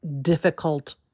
difficult